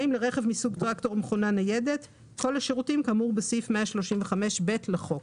לרכב מסוג טרקטור או מכונה ניידת כל השירותים כאמור סעיף 135(ב) לחוק.